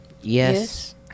Yes